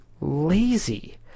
lazy